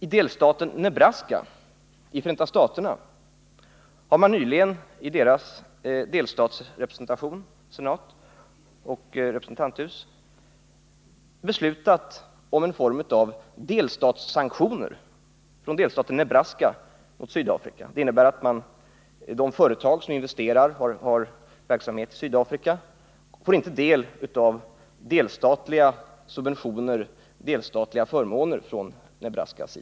I delstaten Nebraska i Förenta staterna har nyligen delstatsrepresentationen — senaten och representanthuset — beslutat om en form av delstatssanktioner mot Sydafrika. Beslutet innebär att de företag som har verksamhet i Sydafrika inte kommer i åtnjutande av delstatliga subventioner och andra förmåner.